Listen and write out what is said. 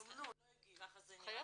הם זומנו, לא הגיעו.